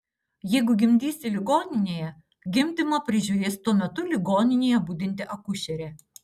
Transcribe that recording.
jeigu gimdysi ligoninėje gimdymą prižiūrės tuo metu ligoninėje budinti akušerė